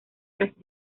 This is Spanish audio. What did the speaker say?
tres